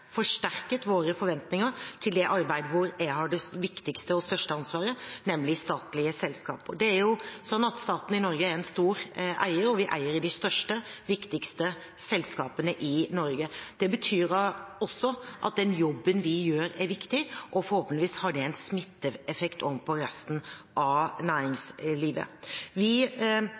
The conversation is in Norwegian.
forsterket våre forventninger til dette arbeidet der hvor jeg har det viktigste og største ansvaret, nemlig statlige selskaper. Staten i Norge er en stor eier – vi eier de største og viktigste selskapene i Norge. Det betyr også at den jobben vi gjør, er viktig, og forhåpentligvis har det en smitteeffekt overfor resten av næringslivet. Vi